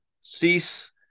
Cease